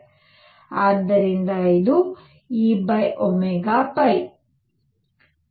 ಆದ್ದರಿಂದ ಇದು E